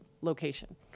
location